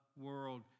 world